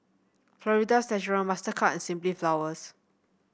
Florida's Natural Mastercard and Simply Flowers